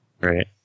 Right